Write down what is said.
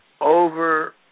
over